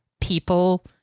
people